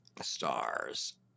Stars